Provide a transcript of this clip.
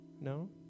No